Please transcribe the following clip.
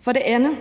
For det andet